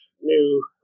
new